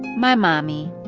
my mommy